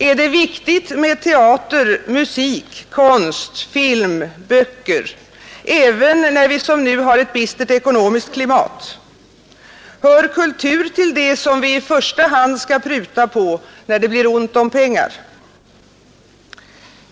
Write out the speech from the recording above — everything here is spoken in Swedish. Är det viktigt med teater, musik, konst, film, böcker, även när vi som nu har ett bistert ekonomiskt klimat? Hör kultur till det som vi i första hand skall pruta på när det blir ont om pengar?